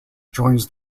joins